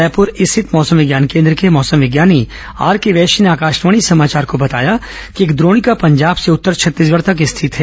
रायपुर स्थित मौसम विज्ञान केन्द्र के मौसम विज्ञानी आरके वैश्य ने आकाशवाणी समाचार को बताया कि एक द्रोणिकॉ पंजाब से उत्तर छत्तीसगढ़ तक स्थित है